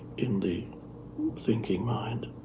in the thinking mind.